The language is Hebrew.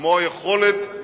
לאזור,